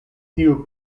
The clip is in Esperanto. tiu